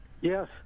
Yes